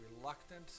reluctant